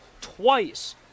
twice